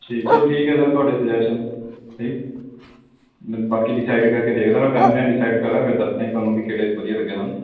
ਠੀਕ ਚਲੋ ਠੀਕ ਹੈ ਸਰ ਤੁਹਾਡੇ ਸਜੈਸ਼ਨ ਬਾਕੀ ਡਿਸਾਈਡ ਕਰਕੇ ਦੇਖਦਾ ਮੈਂ ਫੈਮਲੀ ਨਾਲ ਡਿਸਾਈਡ ਕਰਦਾ ਫਿਰ ਦੱਸਦਾ ਜੀ ਤੁਹਾਨੂੰ ਵੀ ਕਿਹੜੇ ਵਧੀਆ ਲੱਗੇ